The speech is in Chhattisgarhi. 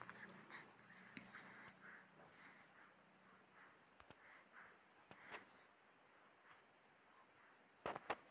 ऑनलाइन भुगतान हा कइसे सुरक्षित होथे?